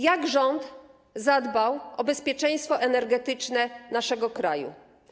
Jak rząd zadbał o bezpieczeństwo energetyczne naszego kraju?